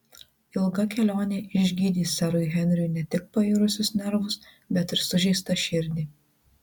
ilga kelionė išgydys serui henriui ne tik pairusius nervus bet ir sužeistą širdį